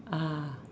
ah